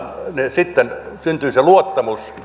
sitten syntyy se luottamus